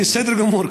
בסדר גמור,